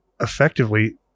effectively